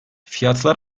fiyatlar